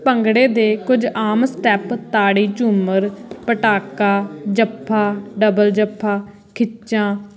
ਭੰਗੜੇ ਦੇ ਕੁਝ ਆਮ ਸਟੈਪ ਤਾੜੀ ਝੂਮਰ ਪਟਾਕਾ ਜੱਫਾ ਡਬਲ ਜੱਫਾ ਖਿੱਚਾਂ